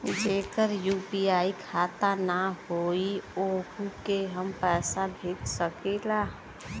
जेकर यू.पी.आई खाता ना होई वोहू के हम पैसा भेज सकीला?